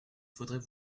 faudrait